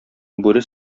бүре